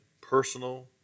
personal